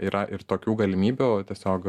yra ir tokių galimybių o tiesiog